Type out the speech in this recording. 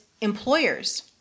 employers